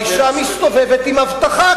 האשה מסתובבת עם אבטחה,